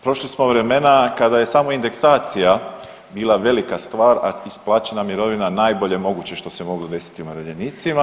Prošli smo vremena kada je samo indeksacija bila velika stvar, a isplaćena mirovina najbolje moguće što se moglo desiti umirovljenicima.